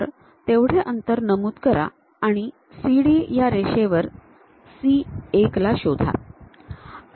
तर तेवढे अंतर नमूद करा आणि CD ह्या रेषेवर C 1 ला शोधा